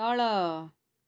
ତଳ